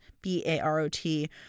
B-A-R-O-T